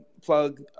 plug